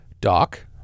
Doc